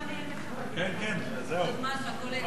אבל תצביעי אתנו עכשיו.